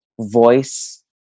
Voice